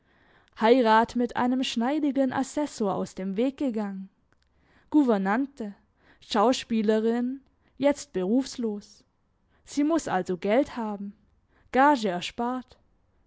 heirat mit einem schneidigen assessor aus dem weg gegangen gouvernante schauspielerin jetzt berufslos sie muss also geld haben gage erspart